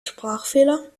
sprachfehler